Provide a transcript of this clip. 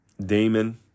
Damon